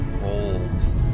roles